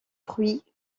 fruits